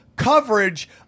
coverage